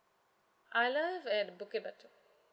I live at the bukit batok